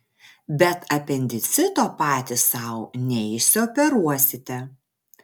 bet apendicito patys sau neišsioperuosite